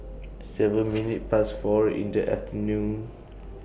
seven minutes Past four in The afternoon